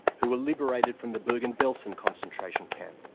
who were liberated from the bergen belsen concentration camp.